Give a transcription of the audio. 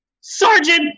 Sergeant